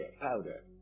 powder